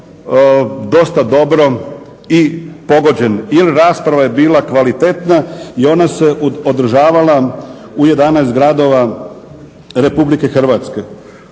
dosta dobro i pogođen i rasprava je bila kvalitetna i ona se održavala u 11 gradova Republike Hrvatske.